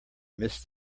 miss